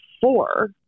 four